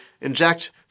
inject